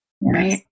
right